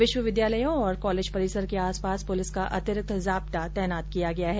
विष्वविद्यालयों और कॉलेज परिसर के आस पास पुलिस का अतिरिक्त जाब्ता तैनात किया गया है